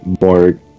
more